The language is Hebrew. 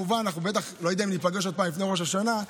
ואני לא יודע אם ניפגש עוד פעם לפני ראש השנה,